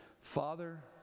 Father